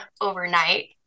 overnight